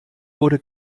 wurde